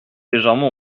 légèrement